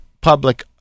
public